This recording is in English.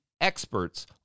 experts